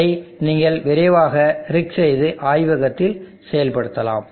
அதை நீங்கள் விரைவாக ரிக் செய்து ஆய்வகத்தில் செயல்படுத்தலாம்